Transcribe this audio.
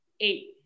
eight